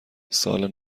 سال